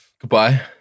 Goodbye